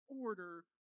Order